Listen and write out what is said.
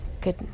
good